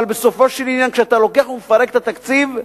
אבל בסופו של עניין כשאתה לוקח ומפרק את התקציב,